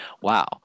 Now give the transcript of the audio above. wow